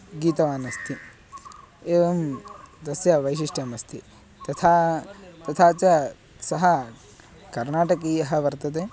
गीतवान् अस्ति एवं तस्य वैशिष्ट्यम् अस्ति तथा तथा च सः कर्णाटकीयः वर्तते